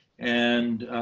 and